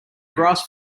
grass